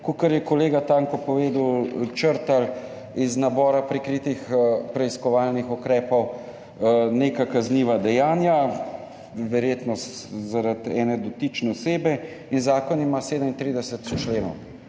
kakor je kolega Tanko povedal, črtali iz nabora prikritih preiskovalnih ukrepov neka kazniva dejanja, verjetno zaradi ene dotične osebe. Zakon ima 37 členov,